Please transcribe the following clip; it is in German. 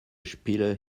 spiele